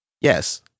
Yes